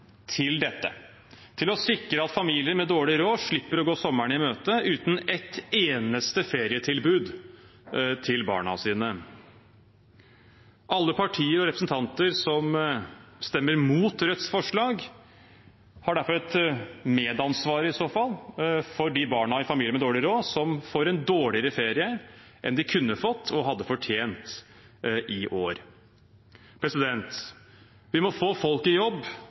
til dette, til å sikre at familier med dårlig råd slipper å gå sommeren i møte uten et eneste ferietilbud til barna sine. Alle partier og representanter som stemmer imot Rødts forslag, har derfor i så fall et medansvar for de barna i familier med dårlig råd som får en dårligere ferie enn de kunne fått, og hadde fortjent, i år. Vi må få folk i jobb,